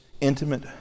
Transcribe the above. intimate